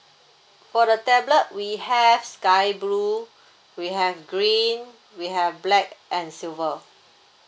for the tablet we have sky blue we have green we have black and silver